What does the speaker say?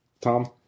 Tom